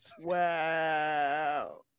Wow